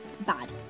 bad